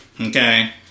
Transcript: Okay